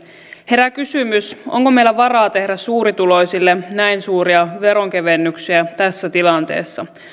herää kysymys onko meillä varaa tehdä suurituloisille näin suuria veronkevennyksiä tässä tilanteessa